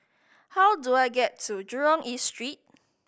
how do I get to Jurong East Street